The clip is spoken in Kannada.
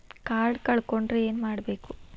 ಕಾರ್ಡ್ ಕಳ್ಕೊಂಡ್ರ ಏನ್ ಮಾಡಬೇಕು?